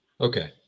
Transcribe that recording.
Okay